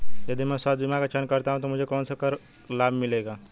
यदि मैं स्वास्थ्य बीमा का चयन करता हूँ तो मुझे कौन से कर लाभ मिलेंगे?